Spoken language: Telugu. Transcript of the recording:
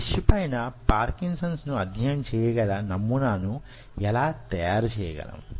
ఒక డిష్ పైన పార్కిన్సన్స్ ను అధ్యయనం చేయగల నమూనాను యెలా తయారు చేయగలం